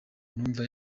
numva